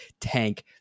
tank